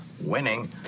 Winning